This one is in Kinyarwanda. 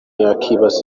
yakwibaza